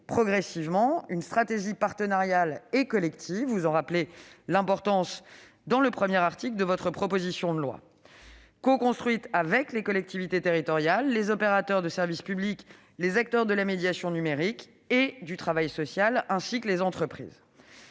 fonde sur une stratégie partenariale et collective- vous en rappelez l'importance dès l'article 1 de la proposition de loi -, coconstruite avec les collectivités territoriales, les opérateurs de service public, les acteurs de la médiation numérique et du travail social, ainsi que les entreprises.